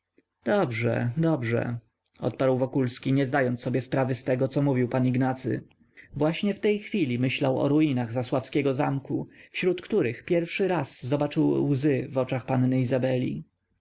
dobrze dobrze odparł wokulski nie zdając sobie sprawy z tego co mówi pan ignacy właśnie w tej chwili myślał o ruinach zasławskiego zamku wśród których pierwszy raz zobaczył łzy w oczach panny izabeli